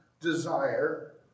desire